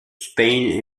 spain